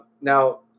Now